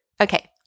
Okay